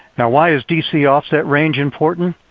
yeah why is dc offset range important?